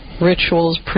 Rituals